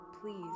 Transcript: Please